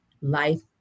life